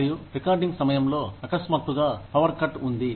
మరియు రికార్డింగ్ సమయంలో అకస్మాత్తుగా పవర్ కట్ ఉంది